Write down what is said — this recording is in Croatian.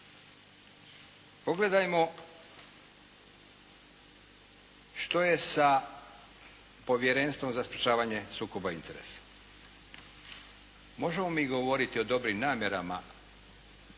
Pogledajmo što je sa Povjerenstvo za sprečavanje sukoba interesa. Možemo mi govoriti o dobrim namjerama,